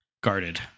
guarded